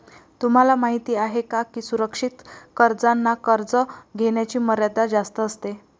तुम्हाला माहिती आहे का की सुरक्षित कर्जांना कर्ज घेण्याची मर्यादा जास्त असते